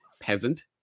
peasant